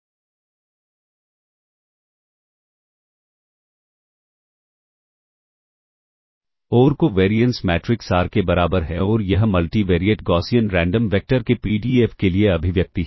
और covariance matrix R के बराबर है और यह मल्टीवेरिएट गॉसियन रैंडम वेक्टर के पीडीएफ के लिए अभिव्यक्ति है